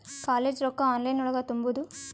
College ರೊಕ್ಕ online ಒಳಗ ತುಂಬುದು?